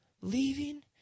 Leaving